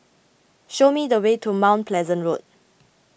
show me the way to Mount Pleasant Road